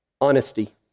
honesty